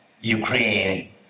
Ukraine